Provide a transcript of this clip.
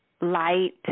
light